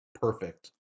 perfect